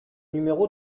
numéro